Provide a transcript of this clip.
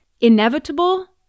inevitable